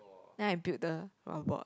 then I build the robot